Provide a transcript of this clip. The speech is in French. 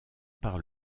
par